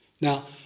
Now